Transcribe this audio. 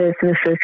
businesses